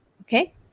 Okay